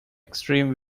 extreme